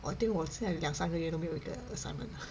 I think 我现在两三个月都没有 get assignment 了